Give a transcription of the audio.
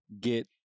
get